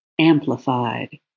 amplified